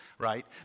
Right